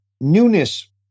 newness